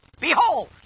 Behold